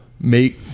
make